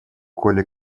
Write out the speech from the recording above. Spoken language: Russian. коли